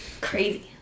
Crazy